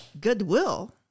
goodwill